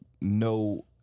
no